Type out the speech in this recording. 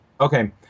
Okay